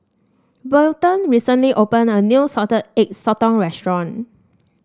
Welton recently opened a new Salted Egg Sotong restaurant